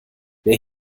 wer